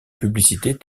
publicités